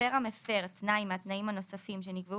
הפר המפר תנאי מהתנאים הנוספים שנקבעו